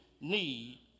need